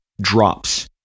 drops